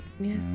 yes